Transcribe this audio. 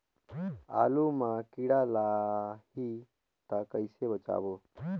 आलू मां कीड़ा लाही ता कइसे बचाबो?